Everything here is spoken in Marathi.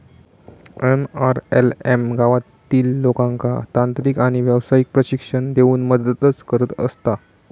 एन.आर.एल.एम गावातील लोकांका तांत्रिक आणि व्यावसायिक प्रशिक्षण देऊन मदतच करत असता